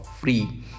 free